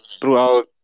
throughout